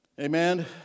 Amen